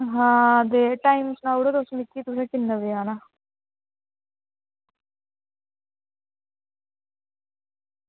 हां ते टाईम सनाई ओड़ेओ तुस मिगी ते तुसें किन्ने बजे आना